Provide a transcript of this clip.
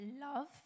love